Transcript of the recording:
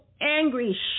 angry